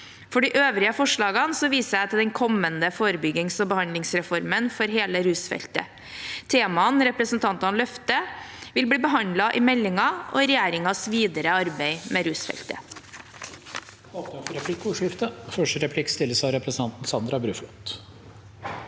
For de øvrige forslagene viser jeg til den kommende forebyggings- og behandlingsreformen for hele rusfeltet. Temaene representantene løfter, vil bli behandlet i meldingen og i regjeringens videre arbeid med rusfeltet. Presidenten Det blir replikkordskifte. Sandra Bruflot